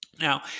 Now